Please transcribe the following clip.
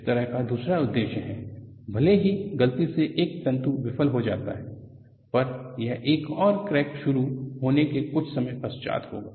इस तरह का दूसरा उद्देश्य है भले ही गलती से एक तंतु विफल हो जाता है पर यह एक और क्रैक शुरू होने के कुछ समय पश्चात होगा